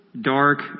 dark